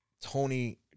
Tony